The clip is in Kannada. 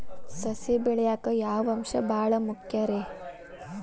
ಸಸಿ ಬೆಳೆಯಾಕ್ ಯಾವ ಅಂಶ ಭಾಳ ಮುಖ್ಯ ರೇ?